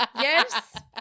Yes